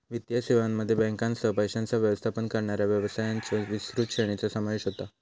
वित्तीय सेवांमध्ये बँकांसह, पैशांचो व्यवस्थापन करणाऱ्या व्यवसायांच्यो विस्तृत श्रेणीचो समावेश होता